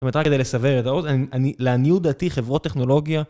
זאת אומרת, רק כדי לסבר את האוזן, אני.. לעניות דעתי חברות טכנולוגיה.